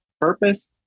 purpose